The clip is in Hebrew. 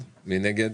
מי נגד?